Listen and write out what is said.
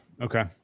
Okay